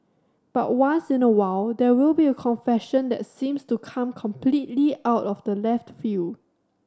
but once in a while there will be a confession that seems to come completely out of left field